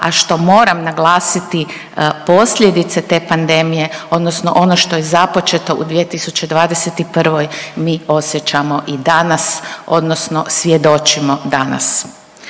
a što moram naglasiti posljedice te pandemije odnosno ono što je započeto u 2021. mi osjećamo i danas odnosno svjedočimo danas.